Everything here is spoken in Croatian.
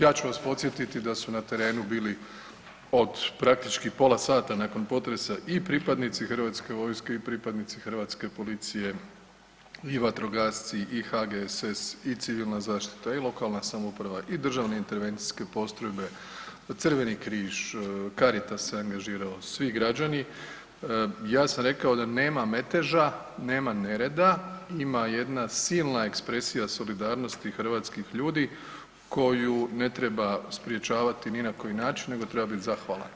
Ja ću vas podsjetiti da su na terenu bili od praktički pola sata nakon potresa i pripadnici Hrvatske vojske i pripadnici Hrvatske policije i vatrogasci i HGSS i civilna zaštita i lokalna samouprava i državne intervencijske postrojbe, Crveni križ, Caritas se angažirao, svi građani, ja sam rekao da nema meteža, nema nereda, ima jedna silna ekspresija solidarnosti hrvatskih ljudi koju ne treba sprječavati ni na koji način nego treba biti zahvalan.